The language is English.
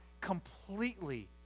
completely